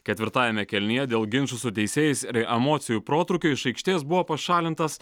ketvirtajame kėlinyje dėl ginčų su teisėjais ir emocijų protrūkio iš aikštės buvo pašalintas